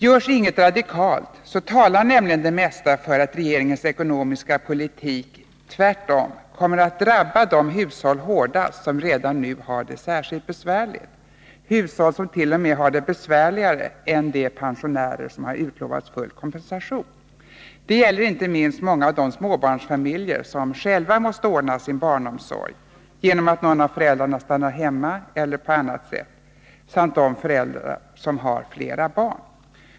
Görs inget radikalt, talar nämligen det mesta för att regeringens ekonomiska politik tvärtom kommer att drabba de hushåll hårdast som redan nu har det särskilt besvärligt, hushåll som t.o.m. har det besvärligare än de pensionärer som har utlovats full kompensation. Detta gäller inte minst många av de småbarnsfamiljer som själva måste ordna sin barnomsorg, genom att någon av föräldrarna stannar hemma eller på annat sätt, samt de familjer som har flera barn.